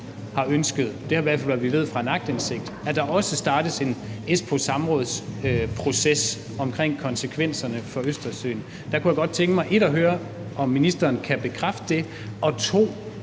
har ønsket – det er i hvert fald, hvad vi ved fra en aktindsigt – at der er også startes en Espoosamrådsproces om konsekvenserne for Østersøen. Der kunne jeg godt tænke mig at høre 1) om ministeren kan bekræfte det, og 2)